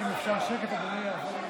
רק אם אפשר שקט, אדוני, זה יעזור לי.